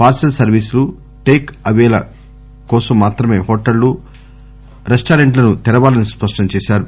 పార్పిల్ సర్వీసులు టేక్ అపేల కోసం మాత్రమే హోటళ్లు రెస్లారెంట్లను తెరవాలని స్పష్టం చేసింది